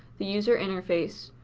the user interface,